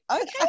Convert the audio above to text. Okay